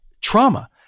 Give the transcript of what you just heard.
trauma